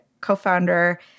co-founder